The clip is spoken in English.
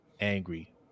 angry